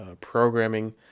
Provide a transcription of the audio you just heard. programming